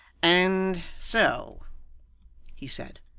and so he said,